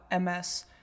ms